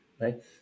right